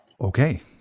Okay